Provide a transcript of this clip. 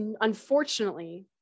unfortunately